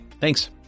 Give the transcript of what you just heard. Thanks